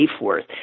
worth